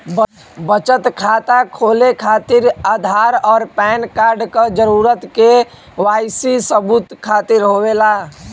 बचत खाता खोले खातिर आधार और पैनकार्ड क जरूरत के वाइ सी सबूत खातिर होवेला